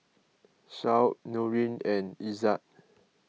Shoaib Nurin and Izzat